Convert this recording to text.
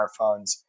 smartphones